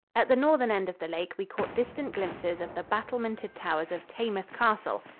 at the northern end of the lake we caught distant glimpses of the battlemented towers of taymouth castle,